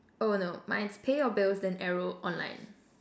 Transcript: oh no mine is pay your bills then arrow online